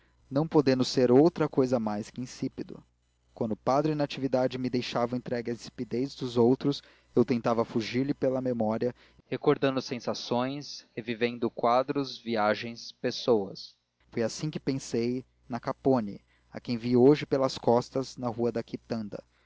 não podendo ser outra cousa mais que insípido quando o padre e natividade me deixavam entregue à insipidez dos outros eu tentava fugir-lhe pela memória recordando sensações revivendo quadros viagens pessoas foi assim que pensei na capponi a quem vi hoje pelas costas na rua da quitanda